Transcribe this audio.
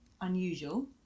unusual